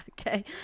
Okay